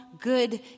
good